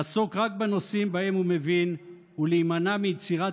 לעסוק רק בנושאים שבהם הוא מבין ולהימנע מיצירת